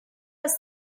was